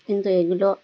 কিন্তু এগুলো